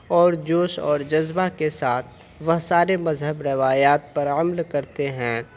اور جوش اور جذبہ کے ساتھ وہ سارے مذہب روایات پر عمل کرتے ہیں